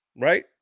Right